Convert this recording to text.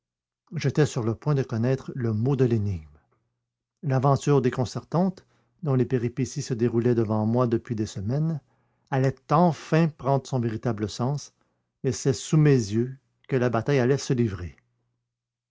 j'étais sur le point de connaître le mot de l'énigme l'aventure déconcertante dont les péripéties se déroulaient devant moi depuis des semaines allait enfin prendre son véritable sens et c'est sous mes yeux que la bataille allait se livrer